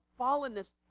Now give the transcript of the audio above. fallenness